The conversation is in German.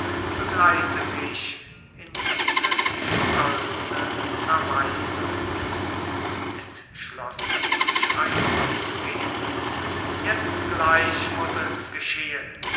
begleite mich in diese stolze verweisung entschlossen zum schreibpult gehend jetzt gleich muß es geschehen jetzt